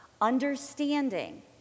Understanding